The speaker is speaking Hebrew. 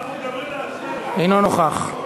אינו נוכח.